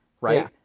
right